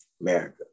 America